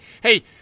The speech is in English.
Hey